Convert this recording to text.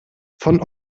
von